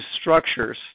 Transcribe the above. structures